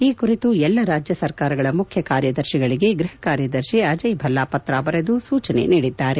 ಈ ಕುರಿತು ಎಲ್ಲ ರಾಜ್ಯ ಸರಕಾರಗಳ ಮುಖ್ಯ ಕಾರ್ಯದರ್ಶಿಗಳಿಗೆ ಗೃಹ ಕಾರ್ಯದರ್ಶಿ ಅಜಯ್ ಭಲ್ಲಾ ಪತ್ರ ಬರೆದು ಸೂಚನೆ ನೀಡಿದ್ದಾರೆ